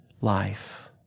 life